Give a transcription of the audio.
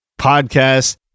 podcast